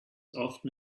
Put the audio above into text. often